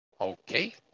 okay